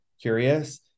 curious